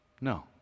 No